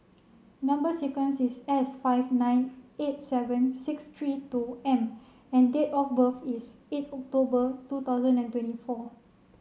number sequence is S five nine eight seven six three two M and date of birth is eight October two thousand and twenty four